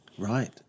Right